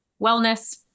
wellness